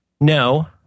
No